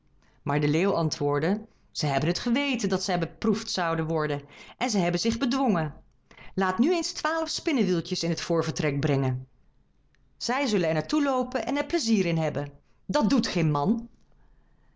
maar de leeuw antwoordde zij hebben t geweten dat zij beproefd zouden worden en zij hebben zich bedwongen laat nu eens twaalf spinnewieltjes in het voorvertrek brengen zij zullen er naar toe loopen en er pleizier in hebben dat doet geen man